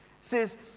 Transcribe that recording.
says